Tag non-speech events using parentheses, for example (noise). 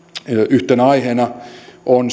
yhtenä aiheena on (unintelligible)